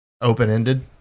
open-ended